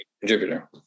contributor